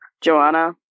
Joanna